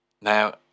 Now